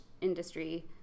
industry